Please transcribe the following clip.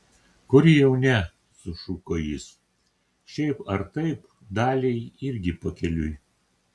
kur jau ne sušuko jis šiaip ar taip daliai irgi pakeliui